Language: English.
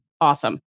awesome